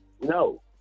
No